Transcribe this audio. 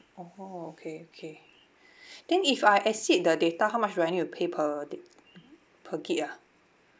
oh okay okay then if I exceed the data how much do I need to pay per da~ per gig ah